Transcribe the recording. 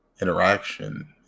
interaction